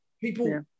people